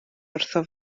wrtho